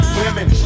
women